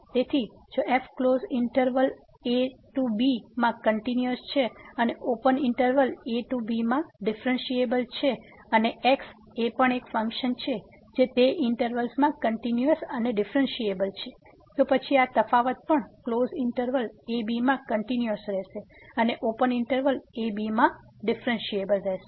તેથી જો f close interval ab માં કંટીન્યુઅસ છે અને ઓપન ઈંટરવલ ab માં ડીફ્રેન્સીએબલ છે અને x એ પણ એક ફંક્શન છે જે તે ઈંટરવલ્સ માં કંટીન્યુઅસ અને ડીફ્રેન્સીએબલ છે તો પછી આ તફાવત પણ ક્લોઝ ઈંટરવલ ab માં કંટીન્યુઅસ રહેશે અને ઓપન ઈંટરવલ ab માં ડીફ્રેન્સીએબલ રહેશે